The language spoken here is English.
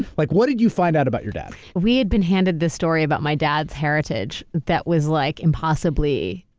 like what did you find out about your dad? we had been handed this story about my dad's heritage that was like impossibly